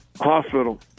Hospital